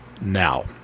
now